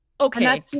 Okay